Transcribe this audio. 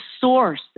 source